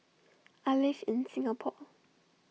I live in Singapore